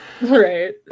Right